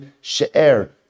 She'er